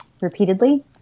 repeatedly